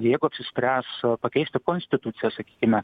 jeigu apsispręs pakeisti konstituciją sakykime